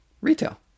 Retail